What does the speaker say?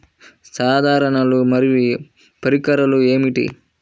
సాధనాలు మరియు పరికరాలు ఏమిటీ?